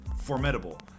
formidable